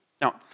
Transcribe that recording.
Now